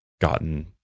gotten